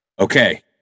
Okay